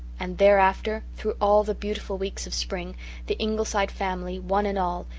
and thereafter through all the beautiful weeks of spring the ingleside family, one and all,